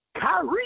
Kyrie